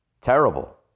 Terrible